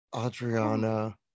adriana